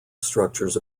structures